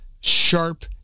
sharp